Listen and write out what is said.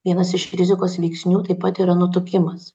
vienas iš rizikos veiksnių taip pat yra nutukimas